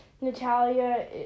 Natalia